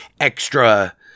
extra